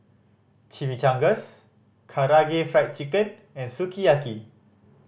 Chimichangas Karaage Fried Chicken and Sukiyaki